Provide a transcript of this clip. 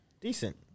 decent